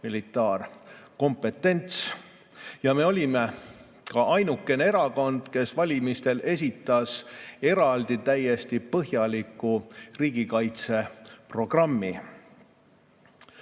kõige parem kompetents. Ja me olime ka ainukene erakond, kes valimistel esitas eraldi täiesti põhjaliku riigikaitseprogrammi.